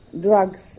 drugs